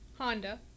Honda